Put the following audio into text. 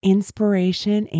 Inspiration